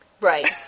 Right